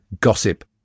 Gossip